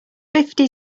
fifty